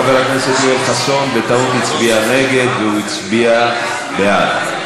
חבר הכנסת יואל חסון בטעות הצביע נגד והוא התכוון בעד.